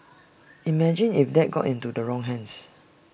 imagine if that got into the wrong hands